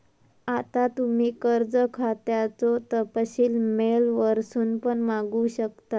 आता तुम्ही कर्ज खात्याचो तपशील मेल वरसून पण मागवू शकतास